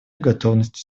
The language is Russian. готовности